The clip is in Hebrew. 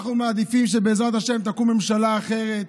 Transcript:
אנחנו מעדיפים שבעזרת השם תקום ממשלה אחרת,